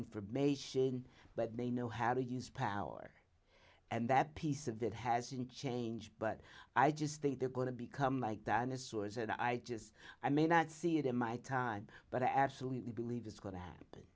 information but they know how to use power and that piece of it hasn't changed but i just think they're going to become like that this was and i just i may not see it in my time but i absolutely believe it's going to happen